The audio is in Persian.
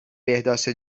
بهداشت